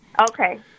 Okay